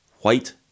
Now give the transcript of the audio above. White